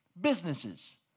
businesses